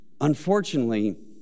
Unfortunately